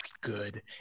good